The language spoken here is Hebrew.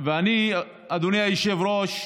אדוני היושב-ראש,